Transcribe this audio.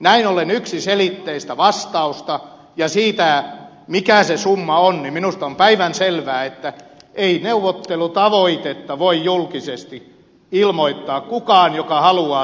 näin ollen yksiselitteistä vastausta ja sitä mikä se summa on minusta on päivänselvää että ei neuvottelutavoitetta voi julkisesti ilmoittaa kukaan joka haluaa todella neuvotella